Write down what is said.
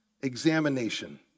examination